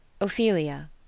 Ophelia